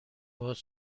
باز